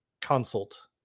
consult